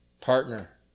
Partner